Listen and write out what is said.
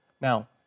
Now